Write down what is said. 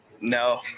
No